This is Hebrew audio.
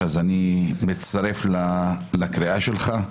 אני מצטרף לקריאה שלך,